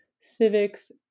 civics